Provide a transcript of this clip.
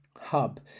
hub